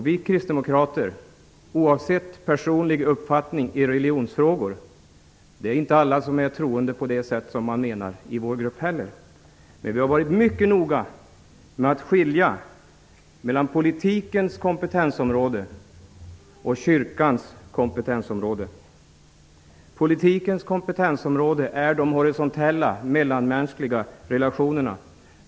Vi kristdemokrater har, oavsett personlig uppfattning i religionsfrågor -- det är inte alla som är troende på det sätt man brukar mena i vår grupp heller -- varit mycket noga med att skilja mellan politikens kompetensområde och kyrkans kompetensområde. Politikens kompetensområde är de horisontella mellanmänskliga relationerna.